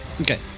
Okay